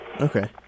Okay